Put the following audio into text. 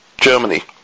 Germany